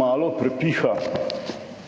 malo prepiha